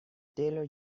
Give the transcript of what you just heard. taylor